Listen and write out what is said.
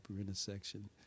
intersection